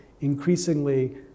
increasingly